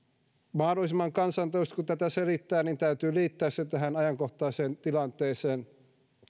mahdollisimman kansantajuisesti kun tätä selittää täytyy liittää se tähän ajankohtaiseen tilanteeseen